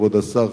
כבוד השר,